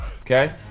Okay